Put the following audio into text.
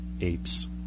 apes